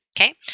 Okay